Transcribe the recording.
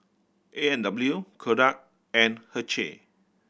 A and W Kodak and Herschel